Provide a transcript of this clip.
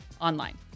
online